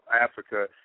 Africa